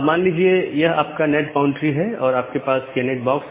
मान लीजिए कि यह आपका नैट बाउंड्री है और आपके पास यह नैट बॉक्स है